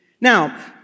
Now